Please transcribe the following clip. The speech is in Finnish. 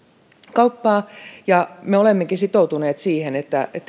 kauppaa ja me olemmekin sitoutuneet siihen että